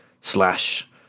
slash